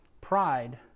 Pride